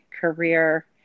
career